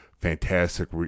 fantastic